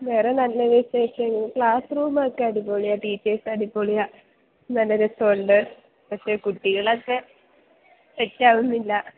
വേറെ നല്ല വിശേഷം ക്ലാസ്റൂമ് ഒക്കെ അടിപൊളിയാണ് ടീച്ചേഴ്സ് അടിപൊളിയാണ് നല്ല രസമുണ്ട് പക്ഷേ കുട്ടികൾ ഒക്കെ സെറ്റ് ആവുന്നില്ല